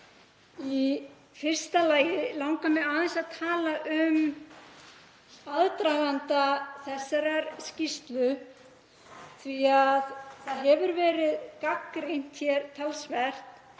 Í fyrsta lagi langar mig aðeins að tala um aðdraganda þessarar skýrslu því að það hefur verið gagnrýnt hér talsvert